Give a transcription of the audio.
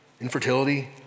infertility